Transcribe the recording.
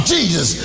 Jesus